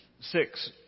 six